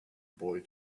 boy